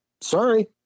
sorry